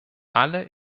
alle